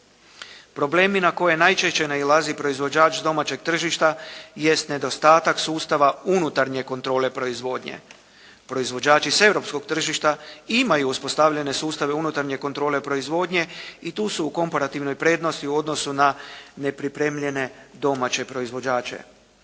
Problemi na koje najčešće nailazi proizvođač domaćeg tržišta jest nedostatak sustava unutarnje kontrole proizvodnje. Proizvođači s europskog tržišta imaju uspostavljene sustave unutarnje kontrole proizvodnje i tu su u komparativnoj prednosti u odnosu na nepripremljene domaće proizvođače.